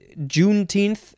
Juneteenth